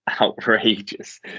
outrageous